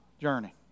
journey